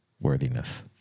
worthiness